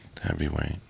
Heavyweight